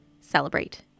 celebrate